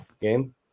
game